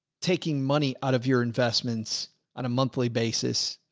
taking money out of your investments on a monthly basis,